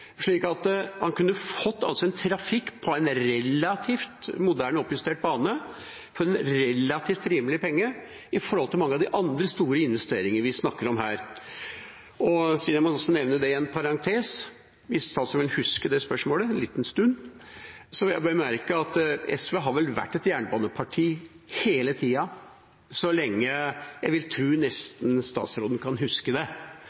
en relativt rimelig penge i forhold til mange av de andre investeringene vi snakker om her? Jeg vil også, i parentes bemerket, nevne – hvis statsråden vil huske spørsmålet en liten stund – at SV har vært et jernbaneparti hele tida. Jeg vil tro at nesten så lenge statsråden kan huske det, har vi vært en frontfigur for norsk jernbane – et frontparti. Hvis statsråden husker spørsmålet, hadde jeg